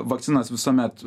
vakcinos visuomet